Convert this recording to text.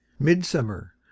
Midsummer